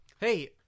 Hey